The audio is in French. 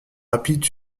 rapide